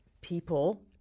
people